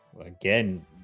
Again